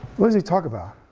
what does he talk about?